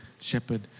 shepherd